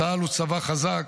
צה"ל הוא צבא חזק,